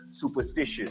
superstitious